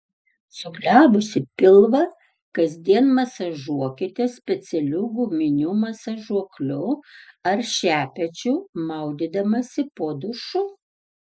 suglebusį pilvą kasdien masažuokite specialiu guminiu masažuokliu ar šepečiu maudydamasi po dušu